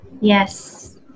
Yes